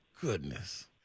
Goodness